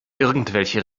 irgendwelche